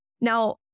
Now